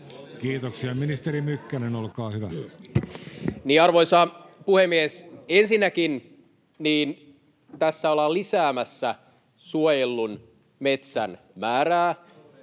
Kiitoksia. — Ministeri Mykkänen, olkaa hyvä. Arvoisa puhemies! Ensinnäkin tässä ollaan lisäämässä suojellun metsän määrää